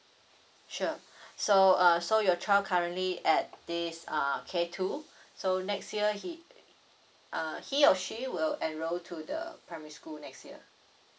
sure so uh so your child currently at this uh K two so next year he uh he or she will enroll to the primary school next year